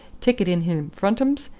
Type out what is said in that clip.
tick it in him frontums,